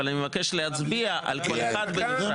אבל אני מבקש להצביע על כל אחת בנפרד.